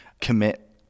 commit